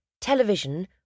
television